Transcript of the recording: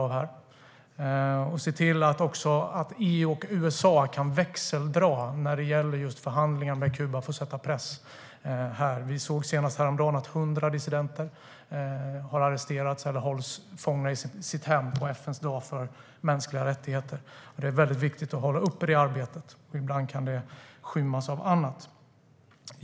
Ni bör också se till att EU och USA kan växeldra för att sätta press på Kuba vid förhandlingar. Vi såg senast häromdagen att 100 dissidenter har arresterats eller hålls fångna i sitt hem på FN:s dag för mänskliga rättigheter. Det är väldigt viktigt att hålla uppe det arbetet, för ibland kan det skymmas av annat.